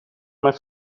mijn